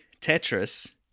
Tetris